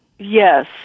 yes